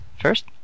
first